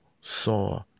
saw